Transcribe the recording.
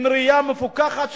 עם ראייה מפוכחת,